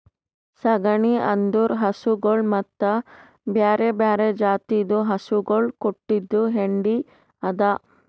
ಸಗಣಿ ಅಂದುರ್ ಹಸುಗೊಳ್ ಮತ್ತ ಬ್ಯಾರೆ ಬ್ಯಾರೆ ಜಾತಿದು ಹಸುಗೊಳ್ ಕೊಟ್ಟಿದ್ ಹೆಂಡಿ ಅದಾ